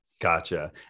Gotcha